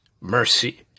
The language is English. mercy